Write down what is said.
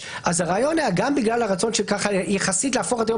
הרעיון היה גם בגלל הרצון להפוך את היום